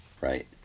Right